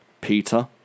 peter